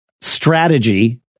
strategy